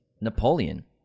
Napoleon